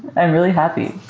i'm really happy.